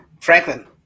Franklin